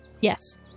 yes